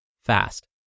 fast